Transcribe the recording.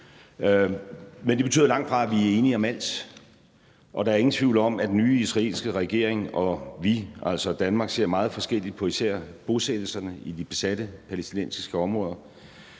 Men det betyder langtfra, at vi er enige om alt, og der er ingen tvivl om, at den nye israelske regering og vi, altså Danmark, ser meget forskelligt på især bosættelserne i de besatte palæstinensiske områder,